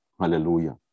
Hallelujah